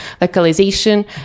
localization